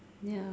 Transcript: ya